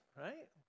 right